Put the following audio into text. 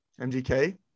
MGK